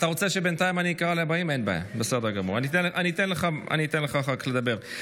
אני אתן לך לדבר אחר כך.